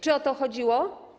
Czy o to chodziło?